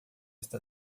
está